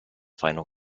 final